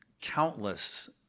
countless